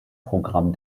programm